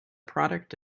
product